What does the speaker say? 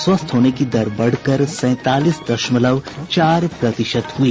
स्वस्थ होने की दर बढ़कर सैंतालीस दशमलव चार प्रतिशत हुई